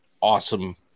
awesome